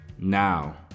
Now